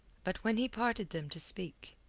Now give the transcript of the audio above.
but when he parted them to speak,